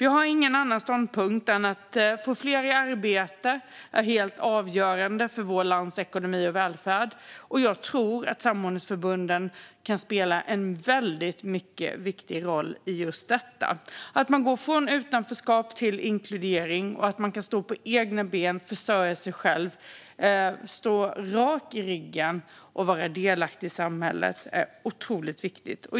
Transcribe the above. Jag har ingen annan ståndpunkt än att det är helt avgörande för vårt lands ekonomi och välfärd att få fler i arbete. Och jag tror att samordningsförbunden kan spela en mycket viktig roll i just detta. Att människor kan gå från utanförskap till inkludering och kan stå på egna ben, försörja sig själva, stå raka i ryggen och vara delaktiga i samhället är otroligt viktigt.